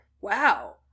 wow